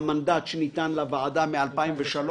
המנדט שניתן לוועדה, מ-2003,